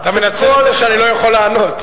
אתה מנצל את זה שאני לא יכול לענות.